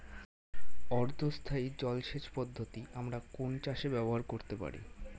অর্ধ স্থায়ী জলসেচ পদ্ধতি আমরা কোন চাষে ব্যবহার করতে পারি?